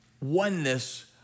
oneness